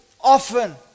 Often